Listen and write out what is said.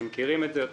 כולכם מכירים את זה,